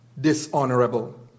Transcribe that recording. dishonorable